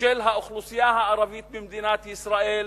של האוכלוסייה הערבית במדינת ישראל,